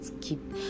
keep